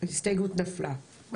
אין ההסתייגות נפלה.